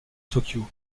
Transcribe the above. tokyo